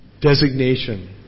designation